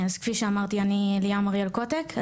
כפי שאמרתי אני ליאם אריאל קוטק,